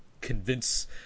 convince